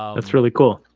it's really cool.